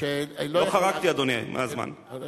לא חרגתי מהזמן, אדוני.